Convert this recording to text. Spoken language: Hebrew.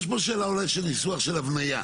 יש פה שאלה אולי של ניסוח של הבנייה.